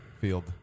field